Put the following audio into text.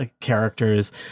characters